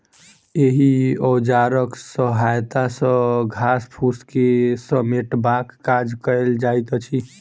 एहि औजारक सहायता सॅ घास फूस के समेटबाक काज कयल जाइत अछि